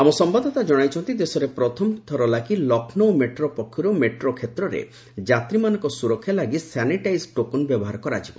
ଆମ ସମ୍ଘାଦଦାତା ଜଣାଇଛନ୍ତି ଦେଶରେ ପ୍ରଥମଥର ଲାଗି ଲକ୍ଷ୍ମୌ ମେଟ୍ରୋ ପକ୍ଷରୁ ମେଟ୍ରୋ କ୍ଷେତ୍ରରେ ଯାତ୍ରୀମାନଙ୍କର ସୁରକ୍ଷା ଲାଗି ସାନିଟାଇଜ୍ ଟୋକନ୍ ବ୍ୟବହାର କରାଯିବ